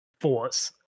force